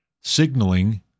signaling